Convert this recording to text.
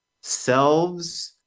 selves